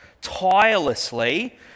tirelessly